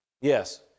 Yes